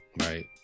right